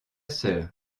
sœur